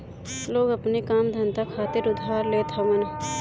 लोग अपनी काम धंधा खातिर उधार लेत हवन